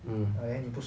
mm